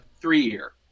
three-year